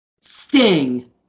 Sting